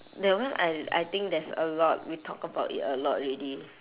that one I I think there's a lot we talk about it a lot already